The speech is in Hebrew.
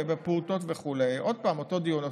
בפעוטות וכו' עוד פעם אותו דיון.